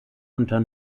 unter